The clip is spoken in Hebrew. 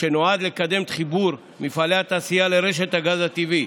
שנועד לקדם את חיבור מפעלי התעשייה לרשת הגז הטבעי.